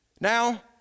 Now